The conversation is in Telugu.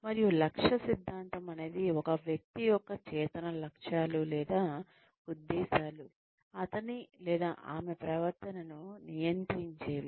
మరియు లక్ష్య సిద్ధాంతం అనేది ఒక వ్యక్తి యొక్క చేతన లక్ష్యాలు లేదా ఉద్దేశాలు అతని లేదా ఆమె ప్రవర్తనను నియంత్రించేవి